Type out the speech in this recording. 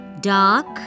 dark